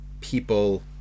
people